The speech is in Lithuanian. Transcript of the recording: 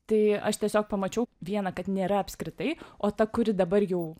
tai aš tiesiog pamačiau viena kad nėra apskritai o ta kuri dabar jau